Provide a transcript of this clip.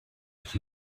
its